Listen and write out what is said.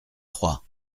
trois